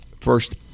first